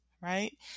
right